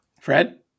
Fred